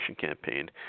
campaign